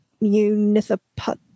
municipal